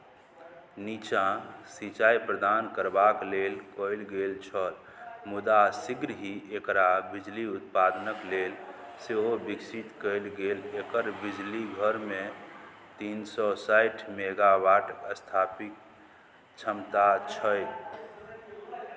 नीचाँ सिँचाइ प्रदान करबाक लेल कयल गेल छल मुदा शीघ्र ही एकरा बिजली उत्पादनक लेल सेहो विकसित कयल गेल एकर बिजली घरमे तीन सए साठि मेगावॉट स्थापित क्षमता छै